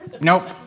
Nope